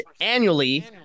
annually